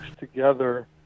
together